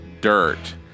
Dirt